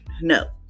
No